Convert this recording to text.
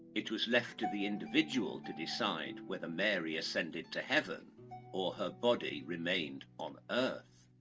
it was left to the individual to decide whether mary ascended to heaven or her body remained on earth?